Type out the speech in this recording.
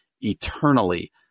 eternally